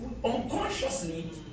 Unconsciously